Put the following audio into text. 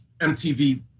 MTV